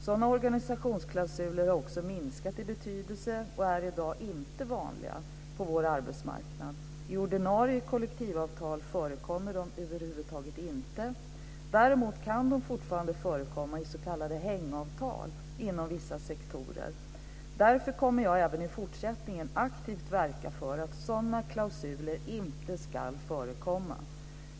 Sådana organisationsklausuler har också minskat i betydelse och är i dag inte vanliga på vår arbetsmarknad. I ordinarie kollektivavtal förekommer de över huvud taget inte. Däremot kan de fortfarande förekomma i s.k. hängavtal inom vissa sektorer. Därför kommer jag även i fortsättningen att aktivt verka för att sådana klausuler inte ska förekomma.